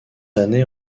années